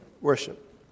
worship